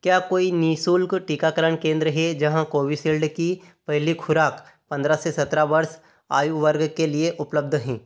क्या कोई निशुल्क टीकाकरण केंद्र है जहाँ कोविशील्ड की पहली खुराक़ पंद्रह से सत्रह वर्ष आयु वर्ग के लिए उपलब्ध हैं